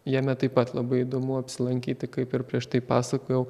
jame taip pat labai įdomu apsilankyti kaip ir prieš tai pasakojau